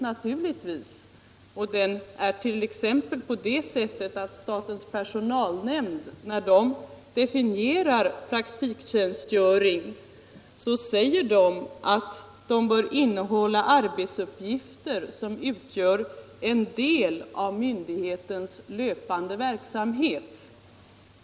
När statens personalnämnd t.ex. definierar praktiktjänstgöring säger nämnden att tjänstgöringen bör innehålla arbetsuppgifter som utgör en del av myndighetens löpande verksamhet.